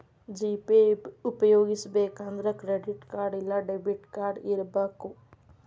GPay ಉಪ್ಯೊಗಸ್ಬೆಕಂದ್ರ credit card ಇಲ್ಲಾ debit card ಇರಬಕು